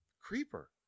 creeper